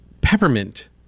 peppermint